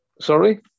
Sorry